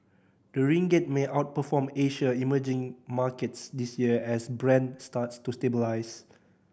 the ringgit may outperform Asia emerging markets this year as Brent starts to stabilise